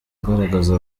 agaragaza